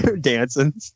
dancing